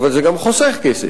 אבל זה גם חוסך כסף.